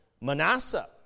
Manasseh